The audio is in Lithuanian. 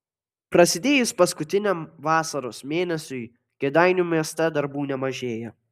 prasidėjus paskutiniam vasaros mėnesiui kėdainių mieste darbų nemažėja